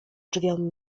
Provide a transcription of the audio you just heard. drzwiom